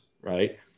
right